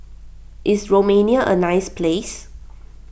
is Romania a nice place